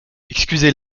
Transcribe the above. excusez